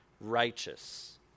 righteous